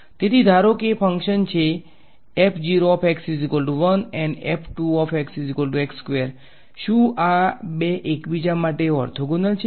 તેથી ધારો કે ફંક્શન છે અને શું આ બે એકબીજા માટે ઓર્થોગોનલ છે